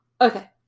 Okay